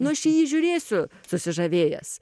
nu aš į jį žiūrėsiu susižavėjęs